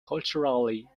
culturally